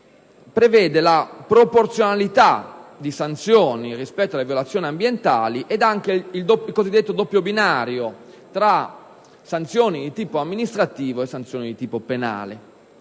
prevede la proporzionalità delle sanzioni rispetto alle violazioni ambientali e anche il cosiddetto doppio binario tra sanzioni di tipo amministrativo e sanzioni di tipo penale.